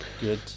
good